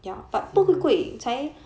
serious